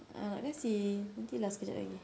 ah nak kasi nanti lah sekejap lagi